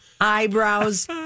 eyebrows